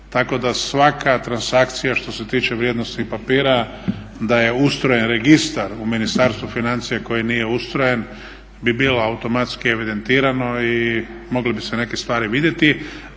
tako da svaka transakcija što se tiče vrijednosnih papira da je ustrojen registar u Ministarstvu financija koji nije ustrojen bi bilo automatski evidentirano i mogle bi se neke stvari vidjeti.